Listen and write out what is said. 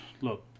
look